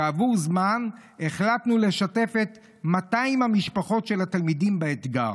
כעבור זמן החלטנו לשתף את 200 המשפחות של התלמידים באתגר.